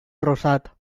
rosat